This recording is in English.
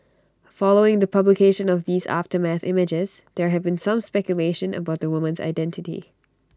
following the publication of these aftermath images there have been some speculation about the woman's identity